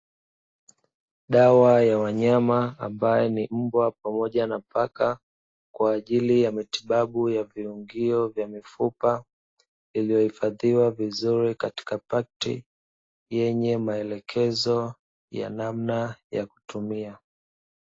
Dawa ya wanyama ambae ni mbwa pamoja na paka, kwa ajili ya matibabu ya viungio vya mifupa, iliyohifasdhiwa vizuri katika pakiti yenye melekezo ya namna ya kutumia.